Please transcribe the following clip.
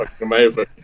amazing